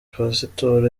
pasitoro